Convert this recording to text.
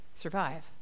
survive